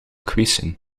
quizzen